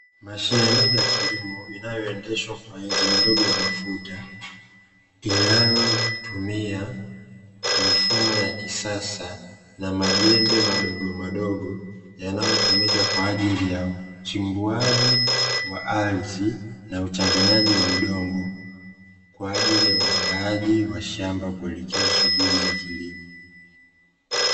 Mashine ndogo ya kilimo inayoendeshwa kwa injini ndogo ya mafuta inayotumia mifumo ya kisasa na majembe madogo madogo, yanayotumika kwa ajili ya uchimbuaji wa ardhi na uchanganyaji wa udongo kwa ajili ya uandaaji wa shamba kuelekea shughuli za kilimo.